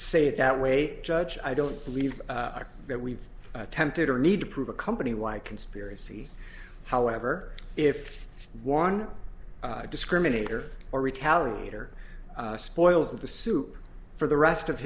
say it that way judge i don't believe that we've attempted or need to prove a company wide conspiracy however if one discriminator or retaliate or spoils of the soup for the rest of